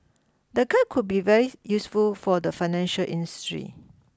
the guide could be very useful for the financial industry